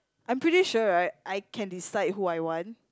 I'm pretty sure right I can decide who I want